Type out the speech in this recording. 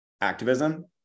activism